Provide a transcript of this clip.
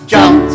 Jump